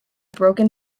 broken